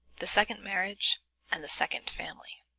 the second marriage and the second family